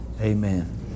amen